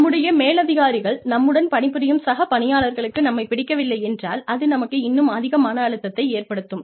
நம்முடைய மேலதிகாரிகள் நம்முடன் பணி புரியும் சக பணியாளர்களுக்கு நம்மை பிடிக்கவில்லை என்றால் அது நமக்கு இன்னும் அதிக மன அழுத்தத்தை ஏற்படுத்தும்